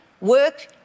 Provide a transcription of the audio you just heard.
work